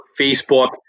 Facebook